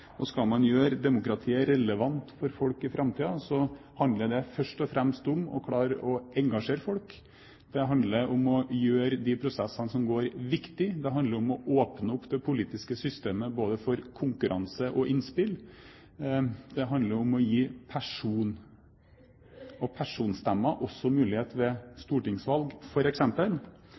Skal man gjøre demokratiet relevant for folk i framtiden, handler det først og fremst om å klare å engasjere folk. Det handler om å gjøre de prosessene som går, viktige. Det handler om å åpne opp det politiske systemet for både konkurranse og innspill. Det handler om å gi mulighet til personstemmer ved stortingsvalg,